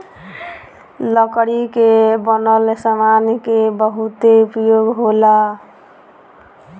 लकड़ी के बनल सामान के बहुते उपयोग होला